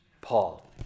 Paul